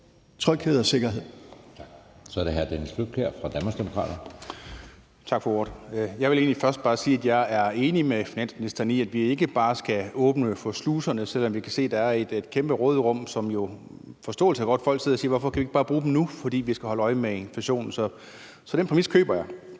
Søe): Tak. Så er det hr. Dennis Flydtkjær fra Danmarksdemokraterne. Kl. 16:53 Dennis Flydtkjær (DD): Tak for ordet. Jeg vil egentlig først sige, at jeg er enig med finansministeren i, at vi ikke bare skal åbne for sluserne, selv om vi kan se, at der er et kæmpe råderum, og hvor der jo hos folk er den forståelse og de siger, hvorfor vi ikke bare kan bruge pengene nu, fordi vi skal holde øje med inflationen. Så den præmis køber jeg.